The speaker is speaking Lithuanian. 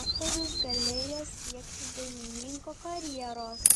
aktorius galėjo siekti dainininko karjeros